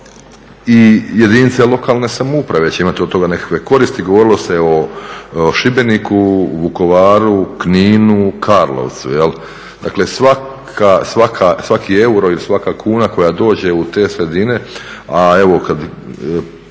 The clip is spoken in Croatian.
za jedinice lokalne samouprave će imati od toga nekakve koristi. govorilo se o Šibeniku, Vukovaru, Kninu, Karlovcu dakle svaki euro ili svaka kuna koja dođe u te sredine, a evo kada